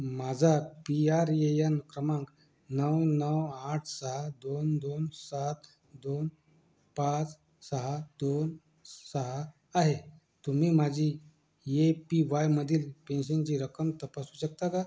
माझा P R A N क्रमांक नऊ नऊ आठ सहा दोन दोन सात दोन पाच सहा दोन सहा आहे तुम्ही माझी ये पी वायमधील पेन्शनची रक्कम तपासू शकता का